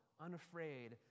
unafraid